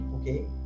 Okay